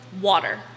water